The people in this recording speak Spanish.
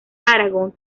aragón